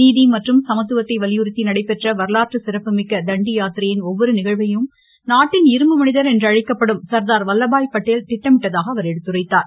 நீதி மற்றும் சமத்துவத்தை வலியுறுத்தி நடைபெற்ற வரலாற்று சிறப்புமிக்க தண்டி யாத்திரையின் ஒவ்வொரு நிகழ்வையும் நாட்டின் இரும்பு மனிதர் என்றழைக்கப்படும் சர்தார் வல்லபாய் பட்டேல் திட்டமிட்டதாக அவர் எடுத்துரைத்தார்